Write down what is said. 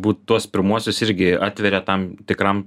būt tuos pirmuosius irgi atveria tam tikram